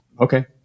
okay